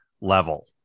level